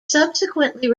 subsequently